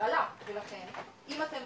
ההרעלה ולכן אם אתם